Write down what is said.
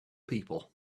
people